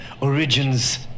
Origins